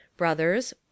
brothers